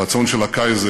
הרצון של הקייזר,